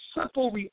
simple